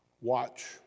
watch